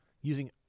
using